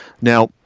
Now